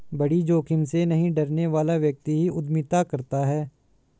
बड़ी जोखिम से नहीं डरने वाला व्यक्ति ही उद्यमिता करता है